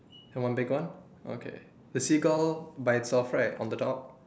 and one big one okay the seagull by itself right on the top